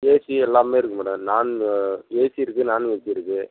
AC எல்லாமே இருக்குது madam நாண் ஏசி இருக்குது நாண் ஏசி இருக்குது